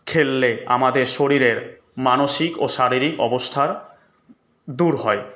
খেললে আমাদের শরীরের মানসিক ও শারীরিক অবসাদ দূর হয়